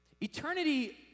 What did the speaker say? Eternity